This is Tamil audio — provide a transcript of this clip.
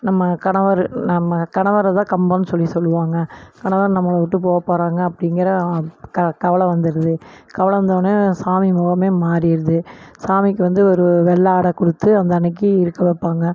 நம்ம கணவர் நம்ம கணவரை தான் கம்பம்னு சொல்லி சொல்லுவாங்கள் கணவன் நம்மளை விட்டு போ போகிறாங்க அப்படிங்கிற க கவலை வந்துடுது கவலை வந்தோன்ன சாமி முகமே மாறிடுது சாமிக்கு வந்து ஒரு வெள்ளை ஆடை கொடுத்து அந்த அன்னைக்கு இருக்க வைப்பாங்க